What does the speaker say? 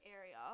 area